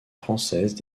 française